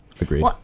Agreed